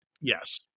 yes